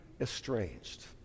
estranged